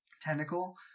tentacle